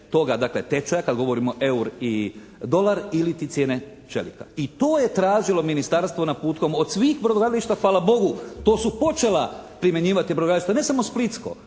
Dakle, tečaja kada govorimo eur i dolar iliti cijene čelika. I to je tražilo ministarstvo naputkom od svih brodogradilišta. Hvala Bogu to su počela primjenjivati brodogradilišta. Ne samo splitsko.